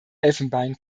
elfenbein